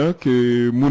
que